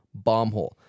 bombhole